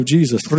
Jesus